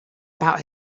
about